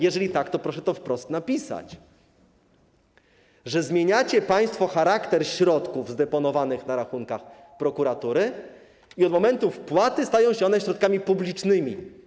Jeżeli tak, to proszę to wprost napisać: że zmieniacie państwo charakter środków zdeponowanych na rachunkach prokuratury i od momentu wpłaty stają się one środkami publicznymi.